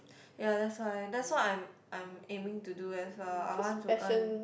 ya that's why that's why I'm I'm aiming to do as well I want to earn